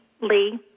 Lee